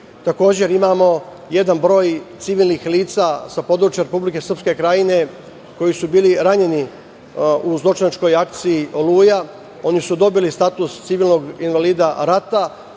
Takođe, imamo jedan broj civilnih lica sa područja Republike Srpske Krajine koji su bili ranjeni u zločinačkoj akciji „Oluja“. Oni su dobili status civilnog invalida rata,